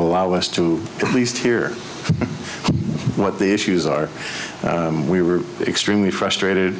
allowed us to get least hear what the issues are we were extremely frustrated